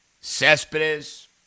Cespedes